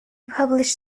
published